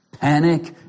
panic